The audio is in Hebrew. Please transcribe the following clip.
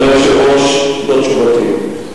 אדוני היושב-ראש, זו תשובתי.